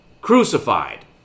crucified